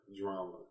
drama